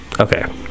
okay